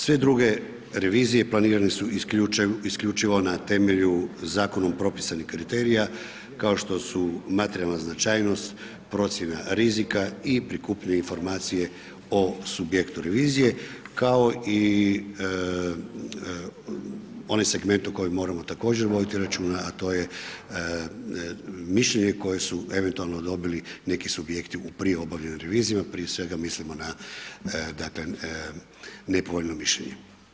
Sve druge revizije planirane su isključivo na temelju zakonom propisanih kriterija kao što su materijalna značajnost, procjena rizika i prikupljanje informacije o subjektu revizije kao i onom segmentu o kojem moramo također voditi računa a to je mišljenje koje su eventualno dobili neki subjekti u prije obavljenim revizijama prije svega mislimo na dakle nepovoljno mišljenje.